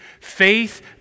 Faith